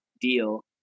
deal